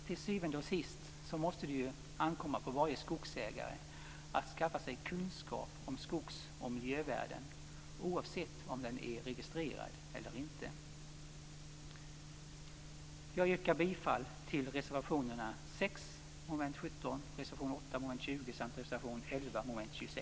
Till syvende och sist måste det ankomma på varje skogsägare att skaffa sig kunskap om skogs och miljövärden oavsett om de är registrerade eller inte.